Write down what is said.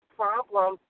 problem